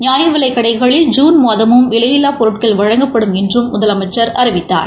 நியாயவிலைக் கடைகளில் ஜூன் மாதமும் விலையில்லா பொருட்கள் வழங்கப்படும் என்று முதலமைச்சி அறிவித்தார்